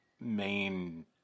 main